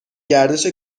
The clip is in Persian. گردش